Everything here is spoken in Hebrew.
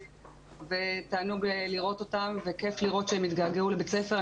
תענוג לראות אותם וכיף לראות לבית הספר.